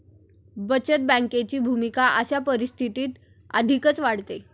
बचत बँकेची भूमिका अशा परिस्थितीत अधिकच वाढते